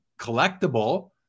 collectible